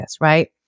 right